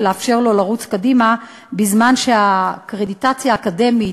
ולאפשר לו לרוץ קדימה בזמן שהקרדיטציה האקדמית,